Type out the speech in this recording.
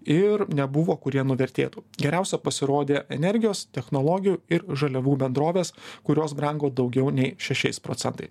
ir nebuvo kurie nuvertėtų geriausia pasirodė energijos technologijų ir žaliavų bendrovės kurios brango daugiau nei šešiais procentai